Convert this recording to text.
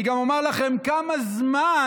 אני גם אומר לכם בכמה זמן,